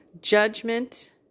Judgment